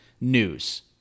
news